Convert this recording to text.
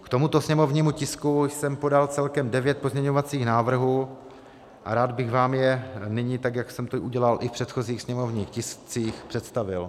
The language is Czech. K tomuto sněmovnímu tisku jsem podal celkem devět pozměňovacích návrhů a rád bych vám je nyní, tak jak jsem to udělal i v předchozích sněmovních tiscích, představil.